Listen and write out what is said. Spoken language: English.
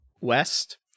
west